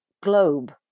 globe